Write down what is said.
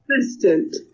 Assistant